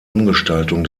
umgestaltung